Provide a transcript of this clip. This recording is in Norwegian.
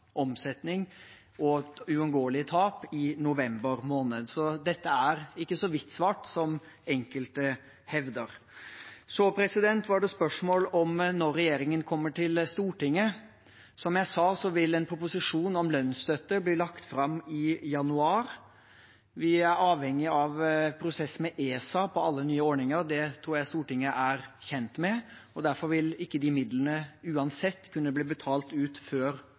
omsetning og uunngåelige tap i november måned. Så dette er ikke så svart-hvitt som enkelte hevder. Så var det spørsmål om når regjeringen kommer til Stortinget. Som jeg sa, vil en proposisjon om lønnsstøtte bli lagt fram i januar. Vi er avhengige av prosess med ESA ved alle nye ordninger, det tror jeg Stortinget er kjent med. Derfor vil de midlene uansett ikke kunne bli betalt ut før